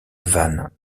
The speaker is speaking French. vannes